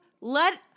Let